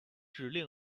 指令